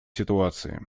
ситуации